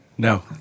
No